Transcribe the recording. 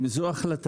זו שאלה